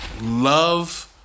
love